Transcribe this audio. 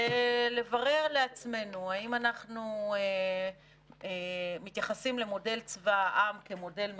זה לברר לעצמנו האם אנחנו מתייחסים למודל צבא העם כמודל מחייב,